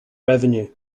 revenue